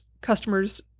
customers